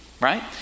right